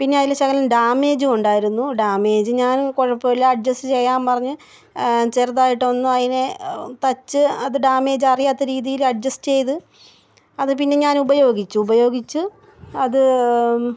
പിന്നെ അതിൽ ശകലം ഡാമേജും ഉണ്ടായിരുന്നു ഡാമേജ് ഞാൻ കുഴപ്പമില്ല അഡ്ജസ്റ്റ് ചെയ്യാൻ പറഞ്ഞ് ഞാൻ ചെറുതായിട്ടൊന്ന് അതിനെ തയ്ച്ച് അത് ഡാമേജ് അറിയാത്ത രീതിയിൽ അഡ്ജസ്റ്റ് ചെയ്ത് അത് പിന്നെ ഞാൻ ഉപയോഗിച്ചു ഉപയോഗിച്ചു അത്